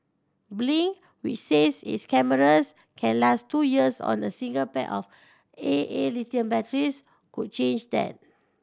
blink which says its cameras can last two years on a single pair of A A lithium batteries could change then